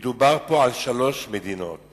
מדובר כאן על שלוש מדינות